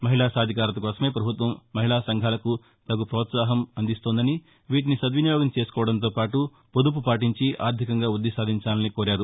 మహిళా సాధికారత కోసమే ప్రభుత్వం మహిళా సంఘాలకు తగు ప్రోత్సాహం అందిస్తోందని వీటిని సద్వినియోగం చేసుకోవడంతో పాటు పొదుపు పాటించి ఆర్థికంగా వృద్ధి సాధించాలని కోరారు